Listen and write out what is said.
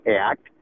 Act